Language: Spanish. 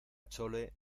chole